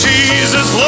Jesus